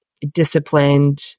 disciplined